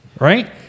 Right